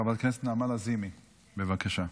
חברת הכנסת נעמה לזימי, בבקשה.